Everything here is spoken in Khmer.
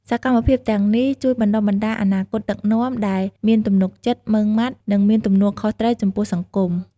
សកម្មភាពទាំងនេះជួយបណ្តុះបណ្ដាលអនាគតដឹកនាំដែលមានទំនុកចិត្ត មុឺងម៉ាត់ និងមានទំនួលខុសត្រូវចំពោះសង្គម។